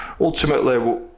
ultimately